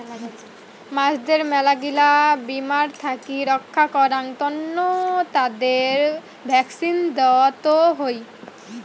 মাছদের মেলাগিলা বীমার থাকি রক্ষা করাং তন্ন তাদের ভ্যাকসিন দেওয়ত হই